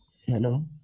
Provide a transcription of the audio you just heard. hello